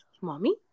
mommy